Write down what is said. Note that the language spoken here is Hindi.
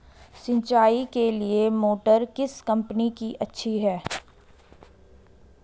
सिंचाई के लिए मोटर किस कंपनी की अच्छी है?